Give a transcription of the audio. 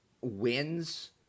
wins